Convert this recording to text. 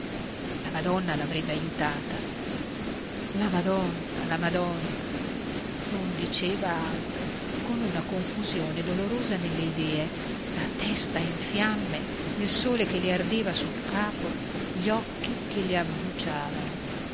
la madonna l'avrebbe aiutata la madonna la madonna non diceva altro con una confusione dolorosa nelle idee la testa in fiamme il sole che le ardeva sul capo gli occhi che le abbruciavano